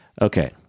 Okay